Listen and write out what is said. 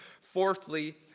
fourthly